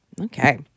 okay